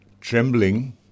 trembling